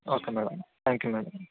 okay madam thank you madam